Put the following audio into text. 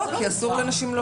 הצבעה לא אושרה.